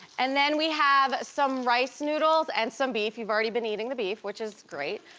and then we have some rice noodles and some beef, you've already been eating the beef which is great.